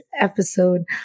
episode